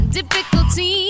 difficulty